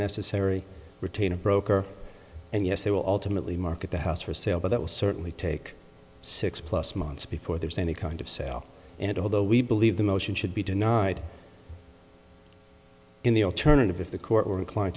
necessary retain a broker and yes they will ultimately market the house for sale but that will certainly take six plus months before there's any kind of sale and although we believe the motion should be denied in the alternative if the court or inclined